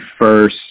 first